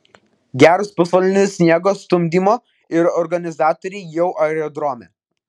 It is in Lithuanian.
geras pusvalandis sniego stumdymo ir organizatoriai jau aerodrome